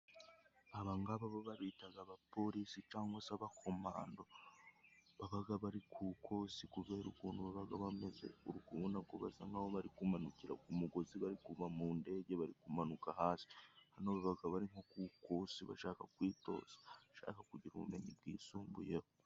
Abangaba bo babitaga abapolisi cangwa se abakomando, babaga bari ku kosi kubera ukuntu babaga bameze, uri kubona ko basa nk'aho bari kumanukira ku mugozi bari kuva mu ndege bari kumanuka hasi. Hano bakaba bari nko ku kosi bashaka kwitoza, bashaka kugira ubumenyi bwisumbuyeho.